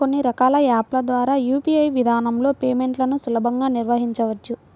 కొన్ని రకాల యాప్ ల ద్వారా యూ.పీ.ఐ విధానంలో పేమెంట్లను సులభంగా నిర్వహించవచ్చు